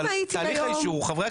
אבל תהליך האישור הוא חברי הכנסת.